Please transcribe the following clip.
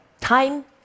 time